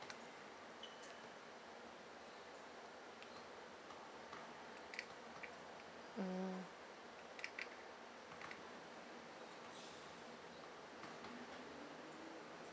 mm